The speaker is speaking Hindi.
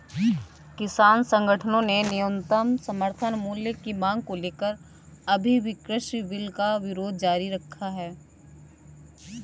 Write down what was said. किसान संगठनों ने न्यूनतम समर्थन मूल्य की मांग को लेकर अभी भी कृषि बिल का विरोध जारी रखा है